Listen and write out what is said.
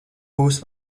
būs